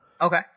Okay